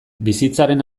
bizitzaren